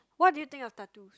what do you think of tattoos